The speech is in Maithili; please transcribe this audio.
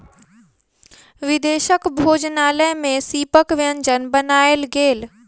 विदेशक भोजनालय में सीपक व्यंजन बनायल गेल